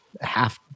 half